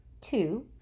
two